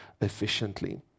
efficiently